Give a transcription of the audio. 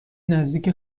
نزدیک